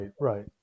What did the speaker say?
right